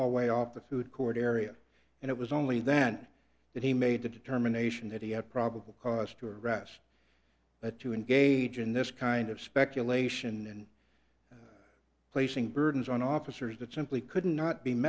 hallway off the food court area and it was only then that he made the determination that he had probable cause to arrest but to engage in this kind of speculation and placing burdens on officers that simply could not be